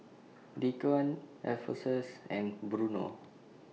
Dequan Alphonsus and Bruno